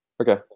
Okay